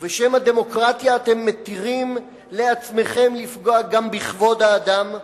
ובשם הדמוקרטיה אתם מתירים לעצמכם לפגוע גם בכבוד האדם,